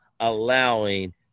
Allowing